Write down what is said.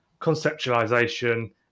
conceptualization